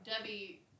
Debbie